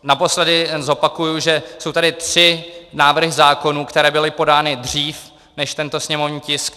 Naposledy zopakuji, že jsou tady tři návrhy zákonů, které byly podány dřív než tento sněmovní tisk.